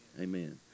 Amen